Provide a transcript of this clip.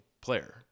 player